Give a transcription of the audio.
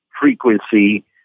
frequency